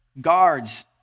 guards